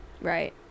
right